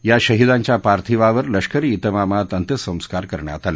या शहिदांच्या पार्थिवावर लष्करी त्रिमामात अंत्यसंस्कार करण्यात आले